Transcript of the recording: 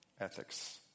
ethics